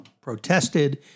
protested